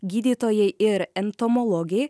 gydytojai ir entomologė